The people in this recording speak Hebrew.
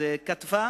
היא כתבה: